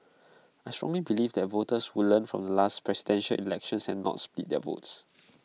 I strongly believe that voters would learn from the last Presidential Elections and not split their votes